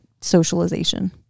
socialization